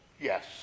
Yes